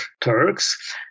Turks